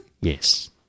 Yes